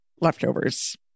leftovers